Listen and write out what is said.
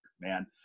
man